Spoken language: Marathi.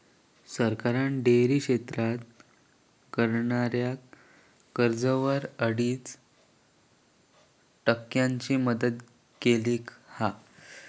सरकारान डेअरी क्षेत्रात करणाऱ्याक कर्जावर अडीच टक्क्यांची मदत केली हा